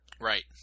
Right